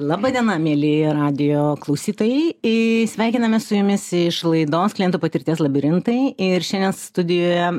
laba diena mieli radijo klausytojai sveikinamės su jumis iš laidos klientų patirties labirintai ir šiandien studijoje